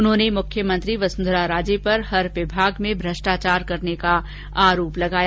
उन्होंने मुख्यमंत्री वसुंधरा राजे पर हर विभाग में भ्रष्टाचार करने का आरोप लगाया